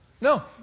No